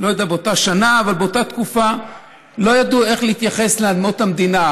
באותה תקופה לא ידעו איך להתייחס לאדמות מדינה,